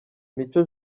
mico